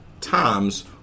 times